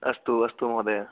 अस्तु अस्तु महोदय